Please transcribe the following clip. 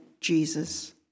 Jesus